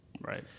Right